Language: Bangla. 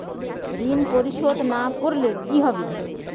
ঋণ পরিশোধ না করলে কি হবে?